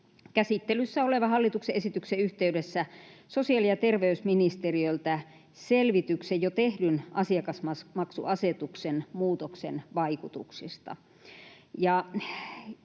käsittelyssä olevan hallituksen esityksen yhteydessä sosiaali- ja terveysministeriöltä selvityksen jo tehdyn asiakasmaksuasetuksen muutoksen vaikutuksista.